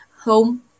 home